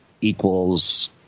equals –